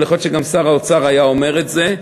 אבל יכול להיות שגם שר האוצר היה אומר את זה,